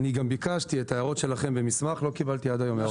אני גם ביקשתי את ההערות שלכם במסמך ולא קיבלתי עד היום.